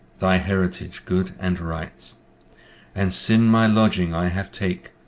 thy heritage good and right and syne my lodging i have take,